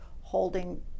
holding